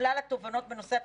כלל התובנות בנושא התקציב,